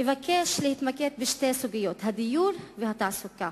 אבקש להתמקד בשתי סוגיות, הדיור והתעסוקה,